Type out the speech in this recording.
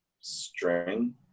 String